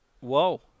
Whoa